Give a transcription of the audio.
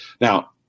Now